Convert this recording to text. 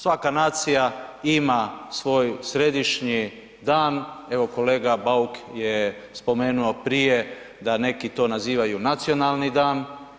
Svaka nacija ima svoj središnji dan, evo kolega Bauk je spomenuo prije da neki to nazivaju nacionalni dan.